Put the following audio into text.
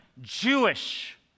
Jewish